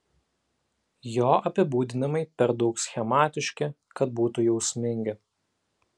jo apibūdinimai per daug schematiški kad būtų jausmingi